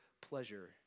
pleasure